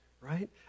right